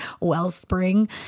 wellspring